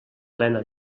plena